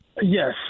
Yes